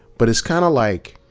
but it's kind of like,